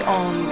on